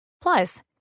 Plus